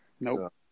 Nope